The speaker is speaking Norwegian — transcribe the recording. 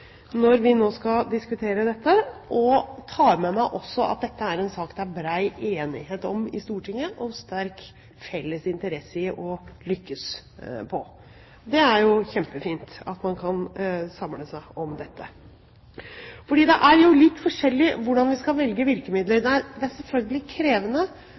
når vi nå skal diskutere dette, og jeg tar også med meg at dette er en sak det er bred enighet om i Stortinget og sterk felles interesse i å lykkes med. Det er kjempefint at man kan samles om dette. Det er jo litt forskjellig hvordan vi skal velge virkemidler. Det er selvfølgelig krevende